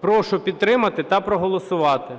Прошу підтримати та проголосувати.